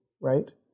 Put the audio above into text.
right